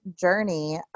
journey